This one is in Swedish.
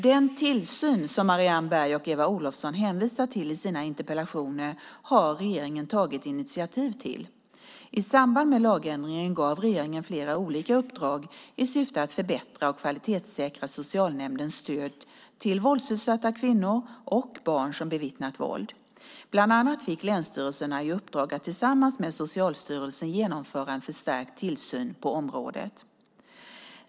Den tillsyn som Marianne Berg och Eva Olofsson hänvisar till i sina interpellationer har regeringen tagit initiativ till. I samband med lagändringen gav regeringen flera olika uppdrag i syfte att förbättra och kvalitetssäkra socialnämndens stöd till våldsutsatta kvinnor och barn som bevittnat våld. Bland annat fick länsstyrelserna i uppdrag att tillsammans med Socialstyrelsen genomföra en förstärkt tillsyn på området.